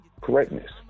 correctness